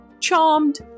Charmed